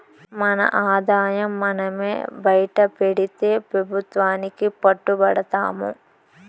మన ఆదాయం మనమే బైటపెడితే పెబుత్వానికి పట్టు బడతాము